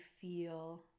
feel